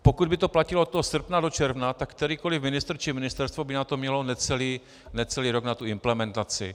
Pokud by to platilo od toho srpna do června, tak kterýkoli ministr či ministerstvo by mělo necelý rok na tu implementaci.